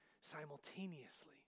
simultaneously